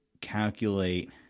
calculate –